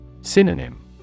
synonym